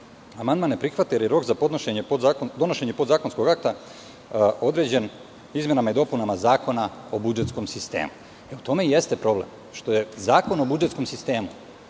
amandman ne prihvata jer je rok za podnošenje podzakonskog akta određen izmenama i dopunama Zakona o budžetskom sistemu. U tome i jeste problem, što je Zakon o budžetskom sistemu